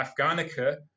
Afghanica